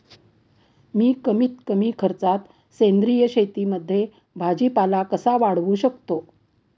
मी कमीत कमी खर्चात सेंद्रिय शेतीमध्ये भाजीपाला कसा वाढवू शकतो?